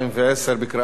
בקריאה ראשונה.